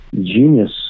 genius